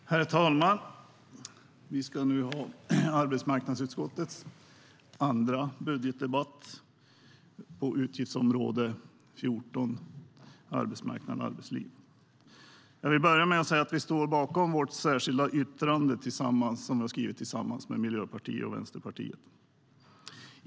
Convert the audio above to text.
Herr talman! Vi ska nu ha arbetsmarknadsutskottets andra budgetdebatt på utgiftsområde 14 Arbetsmarknad och arbetsliv. Jag vill börja med att säga att vi står bakom vårt särskilda yttrande som vi har skrivit tillsammans med Miljöpartiet och Vänsterpartiet.